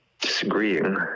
disagreeing